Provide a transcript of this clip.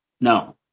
No